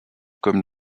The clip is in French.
comme